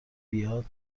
بیاد